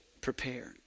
prepared